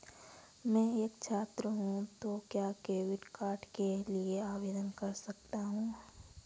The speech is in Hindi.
मैं एक छात्र हूँ तो क्या क्रेडिट कार्ड के लिए आवेदन कर सकता हूँ?